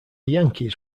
yankees